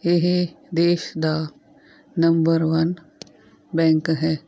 ਇਹ ਦੇਸ਼ ਦਾ ਨੰਬਰ ਵੰਨ ਬੈਂਕ ਹੈ